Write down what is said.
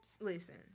Listen